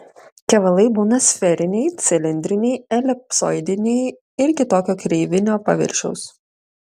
kevalai būna sferiniai cilindriniai elipsoidiniai ir kitokio kreivinio paviršiaus